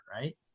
right